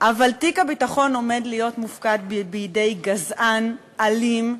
אבל תיק הביטחון עומד להיות מופקד בידי גזען אלים,